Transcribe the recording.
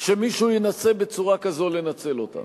שמישהו ינסה בצורה כזאת לנצל אותן.